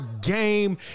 Game